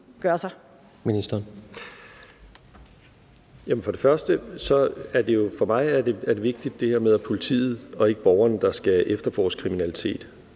at for mig er det vigtigt, at det er politiet og ikke borgerne, der skal efterforske kriminalitet.